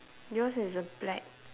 yours is a black